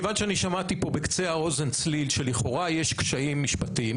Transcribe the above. כיוון שאני שמעתי פה בקצה האוזן צליל שלכאורה יש קשיים משפטיים.